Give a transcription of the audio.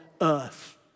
earth